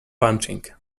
punching